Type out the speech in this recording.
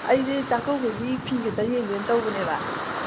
ꯑꯩꯁꯦ ꯆꯥꯛꯀꯧꯕꯒꯤ ꯐꯤ ꯈꯤꯇ ꯌꯦꯡꯒꯦ ꯇꯧꯕꯅꯦꯕ